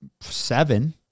seven